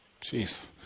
Jeez